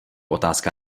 otázka